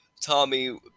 Tommy